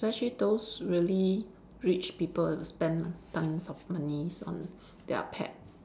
especially those really rich people spend tons of money on their pet